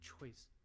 choice